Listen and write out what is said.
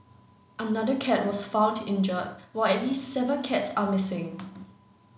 another cat was found injured while at least seven cats are missing